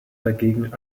dagegen